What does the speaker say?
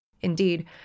Indeed